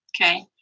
Okay